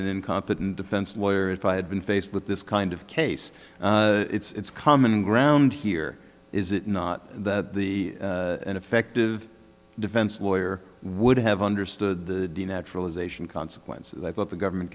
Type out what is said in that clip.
incompetent defense lawyer if i had been faced with this kind of case it's common ground here is it not that the ineffective defense lawyer would have understood the naturalisation consequences i thought the government